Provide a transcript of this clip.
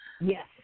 Yes